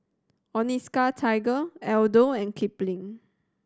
Onitsuka Tiger Aldo and Kipling